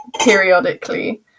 periodically